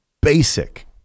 basic